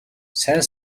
сайн